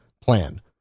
plan